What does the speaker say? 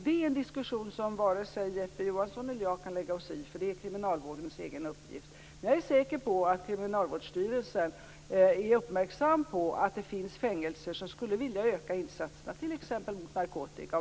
Det är en diskussion som varken Jeppe Johnsson eller jag kan lägga oss i, för det är kriminalvårdens egen uppgift. Jag är säker på att Kriminalvårdsstyrelsen är uppmärksam på att det finns fängelser som skulle vilja öka insatserna t.ex. mot narkotika.